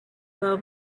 low